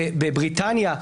בבריטניה,